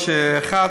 השר.